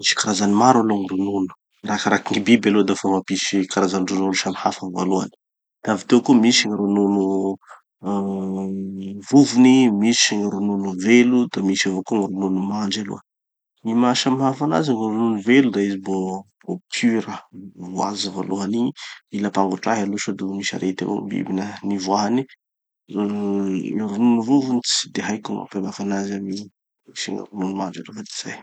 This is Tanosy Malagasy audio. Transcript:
Misy karazany maro aloha gny ronono. Arakarakin'ny biby aloha da fa mampisy karan-dronono samy hafa voalohany. Da avy teo koa misy gny ronono uhm vovony, misy gny ronono velo, da misy avao koa gny ronono mandry aloha. Gny maha samy hafa anazy vo gny ronono velo da izy mbo, mbo pure, vo azo voalohany igny, igny ampangotrahy aloha sao de mbo misy arety avao gny biby na- nivoahany. Uhm gny ronono vovony tsy de haiko gny mampiavaky anazy amy sy gny ronono mandry aloha.